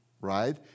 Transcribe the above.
Right